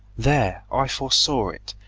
there! i foresaw it.